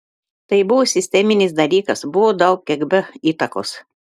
tai buvo sisteminis dalykas buvo daug kgb įtakos